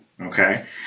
Okay